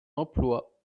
d’emploi